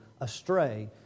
astray